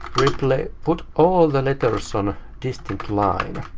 like put all the letters on distinct lines.